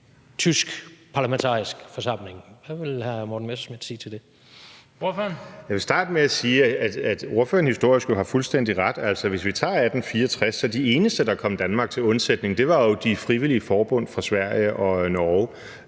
(Bent Bøgsted): Ordføreren. Kl. 17:37 Morten Messerschmidt (DF): Jeg vil starte med at sige, at ordføreren jo historisk har fuldstændig ret. Hvis vi tager 1864, var de eneste, der kom Danmark til undsætning, jo de frivillige forbund fra Sverige og Norge,